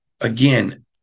again